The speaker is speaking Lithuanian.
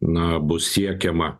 na bus siekiama